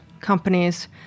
companies